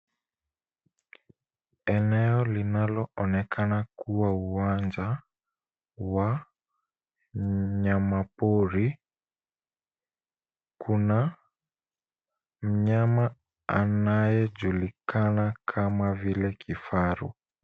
Eneo linaloonekana kuwa uwanja wa nyamapori. Kuna mnyama anayejulikana kama vile kifaru.